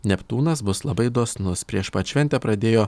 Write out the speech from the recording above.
neptūnas bus labai dosnus prieš pat šventę pradėjo